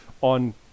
on